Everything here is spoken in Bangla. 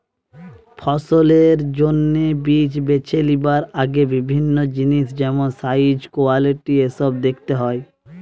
ফসলের জন্যে বীজ বেছে লিবার আগে বিভিন্ন জিনিস যেমন সাইজ, কোয়ালিটি এসোব দেখতে হয়